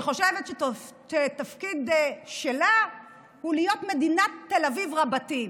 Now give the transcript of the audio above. שחושבת שהתפקיד שלה הוא להיות מדינת תל אביב רבתי.